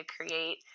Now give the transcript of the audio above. create